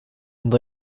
and